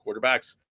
quarterbacks